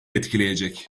etkileyecek